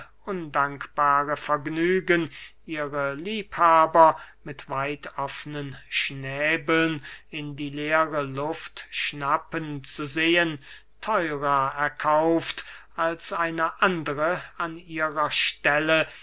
undankbare vergnügen ihre liebhaber mit weit offnen schnäbeln in die leere luft schnappen zu sehen theurer erkauft als eine andere an ihrer stelle